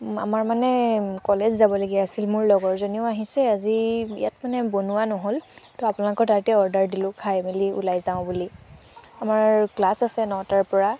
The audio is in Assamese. আমাৰ মানে কলেজ যাবলগীয়া আছিল মোৰ লগৰ জনীও আহিছে আজি ইয়াত মানে বনোৱা নহ'ল ত' আপোনালোকৰ তাতে অৰ্ডাৰ দিলোঁ খাই মেলি ওলাই যাওঁ বুলি আমাৰ ক্লাছ আছে নটাৰ পৰা